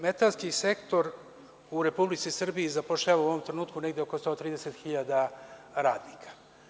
Metalski sektor u Republici Srbiji zapošljava u ovom trenutku negde oko 130.000 radnika.